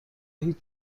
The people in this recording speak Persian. هیچ